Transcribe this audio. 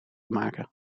maken